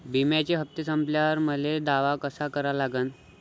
बिम्याचे हप्ते संपल्यावर मले दावा कसा करा लागन?